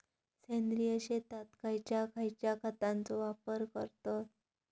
सेंद्रिय शेतात खयच्या खयच्या खतांचो वापर करतत?